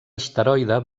asteroide